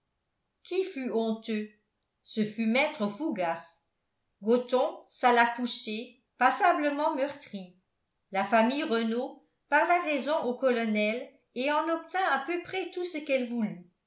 qui fut honteux ce fut maître fougas gothon s'alla coucher passablement meurtrie la famille renault parla raison au colonel et en obtint à peu près tout ce qu'elle voulut